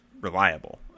reliable